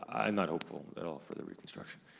i'm not hopeful at all for the reconstruction,